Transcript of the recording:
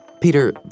Peter